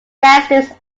masters